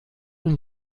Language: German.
und